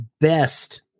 best